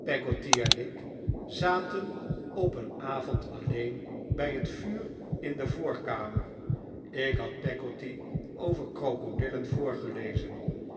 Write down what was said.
en ik zaten op een avond alleen bij het vuur in de voorkamer ik had peggotty over krokodillen voorgelezen